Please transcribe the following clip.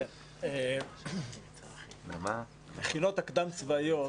כל המכינות הקדם-צבאיות